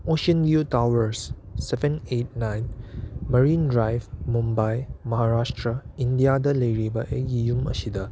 Oceanview towers seven eight nine marine drive Mumbai Maharashtra ꯏꯟꯗꯤꯌꯥꯗ ꯂꯩꯔꯤꯕ ꯑꯩꯒꯤ ꯌꯨꯝ ꯑꯁꯤꯗ